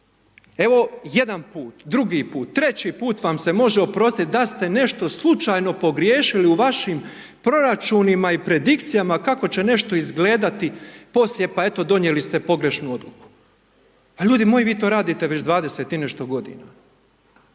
evo jedan put, drugi put, treći put vam se može oprostiti da ste nešto slučajno pogriješili u vašim proračunima i predikcijama kako će nešto izgledati poslije, pa eto, donijeli ste pogrešnu odluku. Pa ljudi moji, vi to radite već 20 i nešto godina.